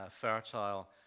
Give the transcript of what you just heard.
fertile